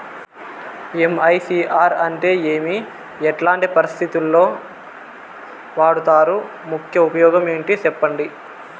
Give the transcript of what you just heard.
MICR అంటే ఏమి? ఎట్లాంటి పరిస్థితుల్లో వాడుతారు? ముఖ్య ఉపయోగం ఏంటి సెప్పండి?